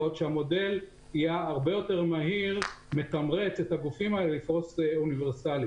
שהמודל יהיה הרבה יותר מהיר לתמרץ את הגופים האלה לפרוס אוניברסלי.